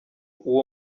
uwo